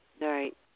Right